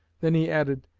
then he added,